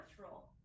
natural